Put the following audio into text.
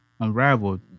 Unraveled